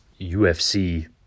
UFC